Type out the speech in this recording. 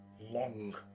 long